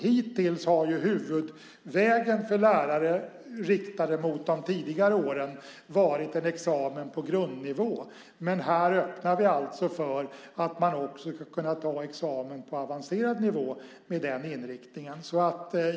Hittills har ju huvudvägen för lärare riktade mot de tidigare åren varit en examen på grundnivå. Men här öppnar vi alltså för att man också ska kunna ta en examen på avancerad nivå med den inriktningen.